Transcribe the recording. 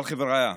אבל חבריא,